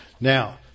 Now